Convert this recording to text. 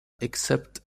except